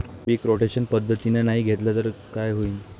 पीक rotation पद्धतीनं नाही घेतलं तर काय होईन?